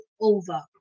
over